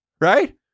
right